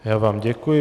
Já vám děkuji.